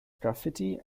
graffiti